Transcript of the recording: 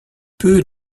peu